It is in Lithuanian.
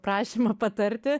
prašymą patarti